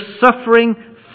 suffering